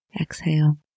Exhale